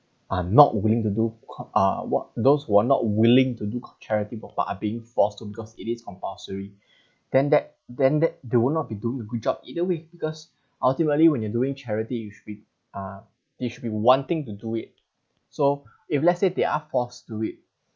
are not willing to do uh what those who are not willing to do charity but are being forced to because it is compulsory then that then that they will not be doing a good job either way because ultimately when you are doing charity you should be uh you should be wanting to do it so if let's say they are forced to it